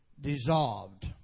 dissolved